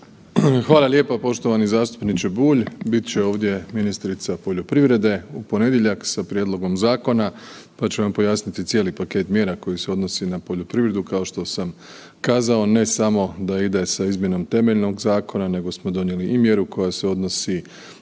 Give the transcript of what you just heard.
Hvala lijepo poštovani zastupniče Bulj. Bit će ovdje ministrica poljoprivrede u ponedjeljak sa prijedlogom zakona, pa će vam pojasniti cijeli paket mjera koji se odnosi na poljoprivredu kao što sam kazao, ne samo da ide sa izmjenom temeljnog zakona nego smo donijeli i mjeru koja se odnosi